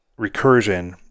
recursion